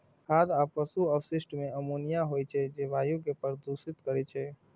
खाद आ पशु अवशिष्ट मे अमोनिया होइ छै, जे वायु कें प्रदूषित करै छै